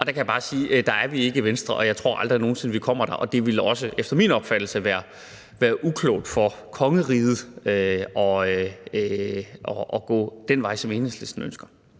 Og der kan jeg bare sige, at der er vi ikke i Venstre, og jeg tror aldrig nogen sinde, at vi kommer til at være der. Det ville også efter min opfattelse være uklogt for kongeriget at gå den vej, som Enhedslisten ønsker,